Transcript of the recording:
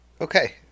Okay